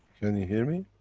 can you hear me?